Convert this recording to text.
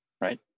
Right